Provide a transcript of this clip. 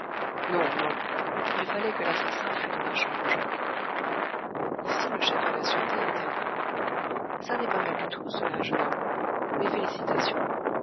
non non il fallait que l'assassin fût dans la chambre jaune ici le chef de la sûreté intervint ça n'est pas mal du tout cela jeune homme mes félicitations